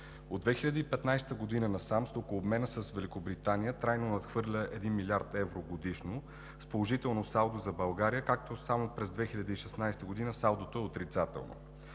От 2015 г. насам стокообменът с Великобритания трайно надхвърля 1 млрд. евро годишно с положително салдо за България, като само през 2016 г. то е отрицателно.